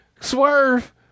Swerve